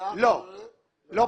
לא פטור.